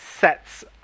sets